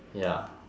ya